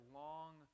long